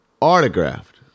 autographed